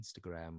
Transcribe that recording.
Instagram